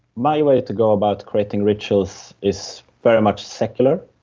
my way to go about creating rituals is very much secular.